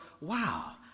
wow